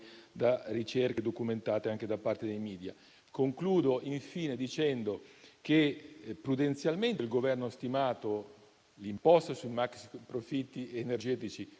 da ricerche documentate anche da parte dei *media*. Concludo dicendo che prudenzialmente il Governo ha stimato l'imposta sui maxiprofitti energici,